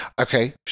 okay